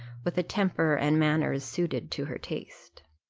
with a temper and manners suited to her taste.